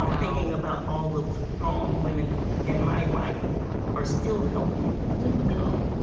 um thinking about all of the strong women in my life who are still helping me to become.